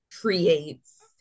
creates